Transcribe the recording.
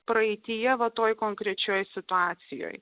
praeityje toje konkrečioje situacijoje